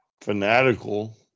fanatical